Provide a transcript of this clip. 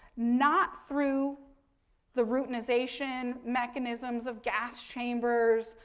not through the routinization mechanisms of gas chambers,